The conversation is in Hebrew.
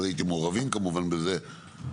לא הייתם מעורבים כמובן בזה,